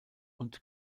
und